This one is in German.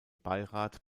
beirat